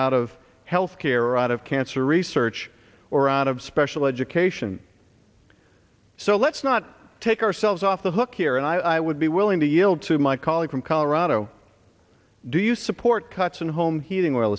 out of health care out of cancer research or out of special education so let's not take ourselves off the hook here and i would be willing to yield to my colleague from colorado do you support cuts in home heating oil